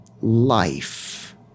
life